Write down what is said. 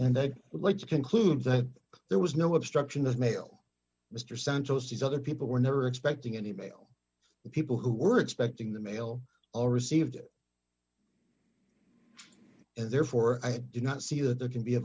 and they would like to conclude that there was no obstruction of mail mr santos these other people were never expecting any mail the people who were expecting the mail all received it and therefore i do not see that there can be a